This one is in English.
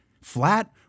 flat